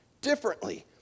differently